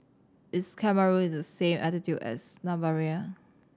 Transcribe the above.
is Cameroon on the same latitude as Namibia